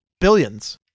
billions